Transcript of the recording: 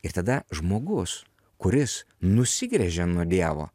ir tada žmogus kuris nusigręžia nuo dievo